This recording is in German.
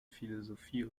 philosophie